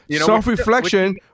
Self-reflection